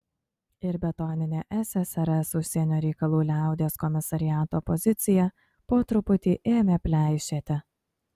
ir betoninė ssrs užsienio reikalų liaudies komisariato pozicija po truputį ėmė pleišėti